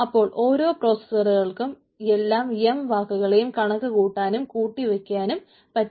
അപ്പോൾ ഓരോ പ്രോസ്സസറുകൾക്കും എല്ലാ എം വാക്കുകളെയും കണക്കുകൂട്ടാനും കൂട്ടിവയ്ക്കുവാനും പറ്റും